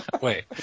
Wait